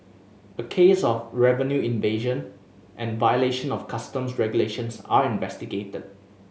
a case of revenue evasion and violation of customs regulations are investigated